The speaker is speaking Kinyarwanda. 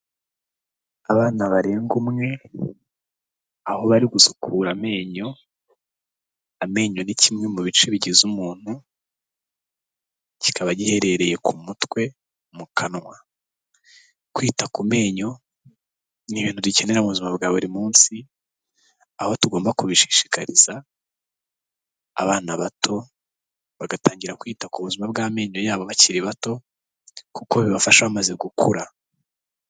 Abana barenga umwe, aho bari gusukura amenyo, amenyo ni kimwe mu bice bigize umuntu, kikaba giherereye ku mutwe mu kanwa, kwita ku menyo ni ibintu dukenera mu buzima bwa buri munsi, abo tugomba kubishishikariza abana bato bagatangira kwita ku buzima bw'amenyo yabo bakiri bato, kuko bibafasha bamaze gukura.